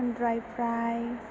सिकेन dry फ्राय